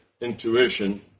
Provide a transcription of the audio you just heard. intuition